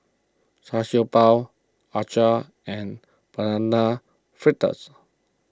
Char Siew Bao Acar and Banana Fritters